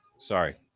sorry